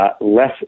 less